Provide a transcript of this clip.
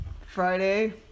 Friday